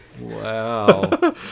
Wow